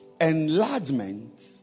Enlargement